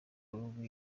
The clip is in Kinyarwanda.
w’amaguru